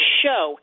show